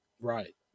Right